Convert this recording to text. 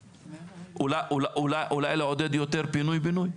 אולי לעודד יותר פינוי בינוי.